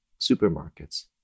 supermarkets